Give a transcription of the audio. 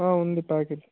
ఉంది ప్యాకెట్